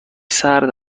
سرد